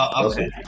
okay